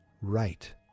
right